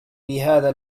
بهذا